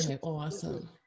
Awesome